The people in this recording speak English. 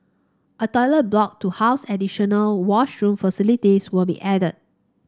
a toilet block to house additional washroom facilities will be added